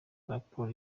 raporo